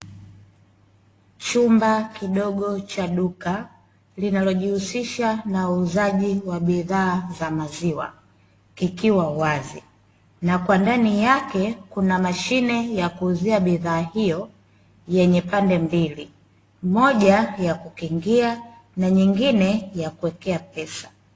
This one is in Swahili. Chumba kidogo cha duka linalojihusisha na huuzaji wa bidhaa za maziwa ikiwa wazi na kwa ndani yake kuna mashine ya kuuzia bidhaa hiyo yenye pande mbili, moja ya kukingia na nyingine ya kuekea pesa.